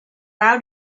out